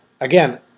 again